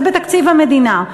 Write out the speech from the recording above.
זה בתקציב המדינה.